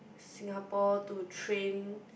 Singapore to train